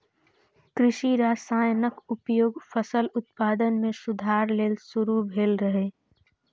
कृषि रसायनक उपयोग फसल उत्पादन मे सुधार लेल शुरू भेल रहै